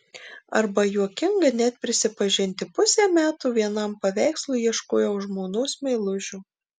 arba juokinga net prisipažinti pusę metų vienam paveikslui ieškojau žmonos meilužio